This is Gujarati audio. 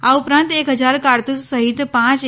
આ ઉપરાંત એક હજાર કારતૂસ સહિત પાંચ એ